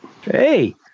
hey